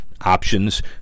options